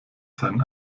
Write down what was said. sein